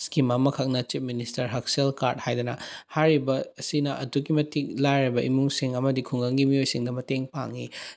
ꯑꯃꯈꯛꯅ chief minister ꯍꯛꯆꯦꯜ ꯀꯥꯔꯠ ꯍꯥꯏꯗꯅ ꯍꯥꯏꯔꯤꯕ ꯑꯁꯤꯅ ꯑꯗꯨꯛꯀꯤ ꯃꯇꯤꯛ ꯂꯥꯏꯔꯕ ꯏꯃꯨꯡꯁꯤꯡ ꯑꯃꯗꯤ ꯈꯨꯡꯒꯪꯒꯤ ꯃꯤꯑꯣꯏꯁꯤꯡꯗ ꯃꯇꯦꯡ ꯄꯥꯡꯏ